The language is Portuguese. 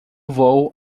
vôo